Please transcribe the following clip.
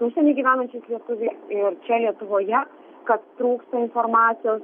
užsieny gyvenančiais lietuviais ir čia lietuvoje kad trūksta informacijos